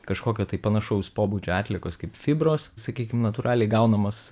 kažkokio tai panašaus pobūdžio atliekos kaip fibros sakykim natūraliai gaunamos